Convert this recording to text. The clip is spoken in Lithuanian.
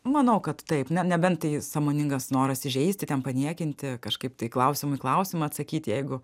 manau kad taip ne nebent tai sąmoningas noras įžeisti ten paniekinti kažkaip tai klausimą į klausimą atsakyt jeigu